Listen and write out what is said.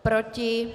Proti?